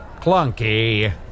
Clunky